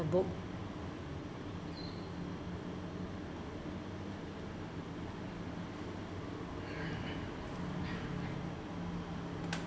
the boat